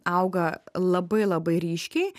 auga labai labai ryškiai